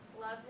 love